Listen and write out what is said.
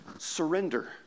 Surrender